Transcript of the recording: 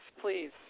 please